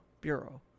Bureau